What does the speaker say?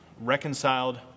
reconciled